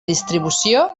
distribució